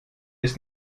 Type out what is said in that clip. ist